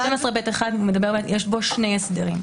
סעיף 12ב1, יש בו שני הסדרים.